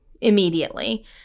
immediately